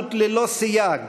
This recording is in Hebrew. התנערות ללא סייג